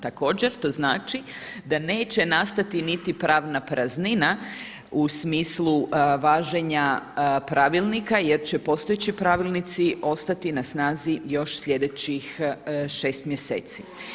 Također to znači da neće nastati niti pravna praznina u smislu važenja pravilnika, jer će postojeći pravilnici ostati na snazi još sljedećih 6 mjeseci.